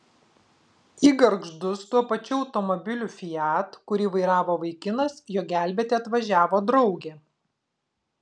į gargždus tuo pačiu automobiliu fiat kurį vairavo vaikinas jo gelbėti atvažiavo draugė